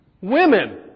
Women